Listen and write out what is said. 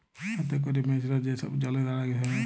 হাতে ক্যরে মেছরা যে ছব জলে দাঁড়ায় ধ্যরে